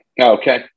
Okay